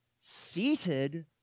seated